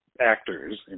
actors